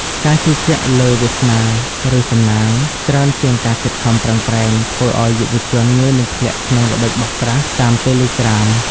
ការជឿជាក់លើ "វាសនា" ឬ "សំណាង" ច្រើនជាងការខិតខំប្រឹងប្រែង ធ្វើឱ្យយុវជនងាយនឹងធ្លាក់ក្នុងល្បិចបោកប្រាស់តាមតេឡេក្រាម